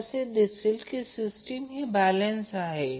तर असे केल्यास हा Vp आहे आणि हे Ip काँज्यूगेट आहे